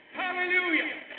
hallelujah